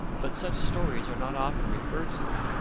but such stories are not often referred to,